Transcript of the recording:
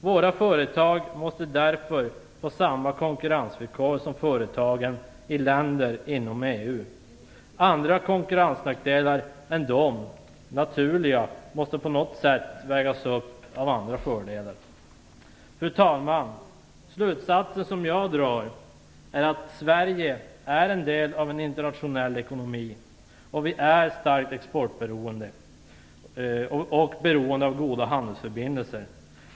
Våra företag måste därför få samma konkurrensvillkor som företagen i länderna inom EU. Andra konkurrensnackdelar än de naturliga måste på något sätt vägas upp av andra fördelar. Fru talman! De slutsatser som jag drar är att Sverige är en del av en internationell ekonomi, att vi är starkt exportberoende och beroende av goda handelsförbindelser.